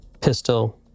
pistol